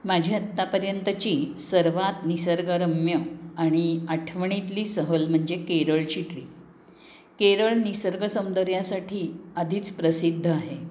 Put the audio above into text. माझी आत्तापर्यंतची सर्वात निसर्गरम्य आणि आठवणीतली सहल म्हणजे केरळची ट्रिप केरळ निसर्ग सौंदर्यासाठी आधीच प्रसिद्ध आहे